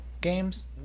Games